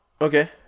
Okay